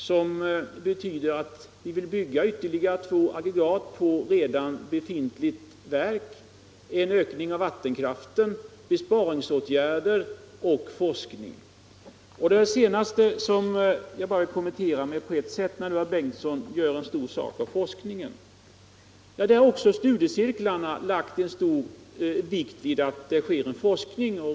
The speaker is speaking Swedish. Vårt behov av energi kräver en utbyggnad av kärnkraften med två aggregat på redan befintligt verk, en ökning av vattenkraften, besparingsåtgärder och forskning. Det sista vill jag beröra, eftersom herr Bengtson tog upp forskningen. Studiecirklarna har också lagt stor vikt vid att det sker en forskning.